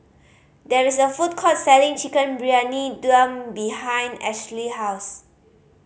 there is a food court selling Chicken Briyani Dum behind Ashlee's house